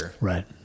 Right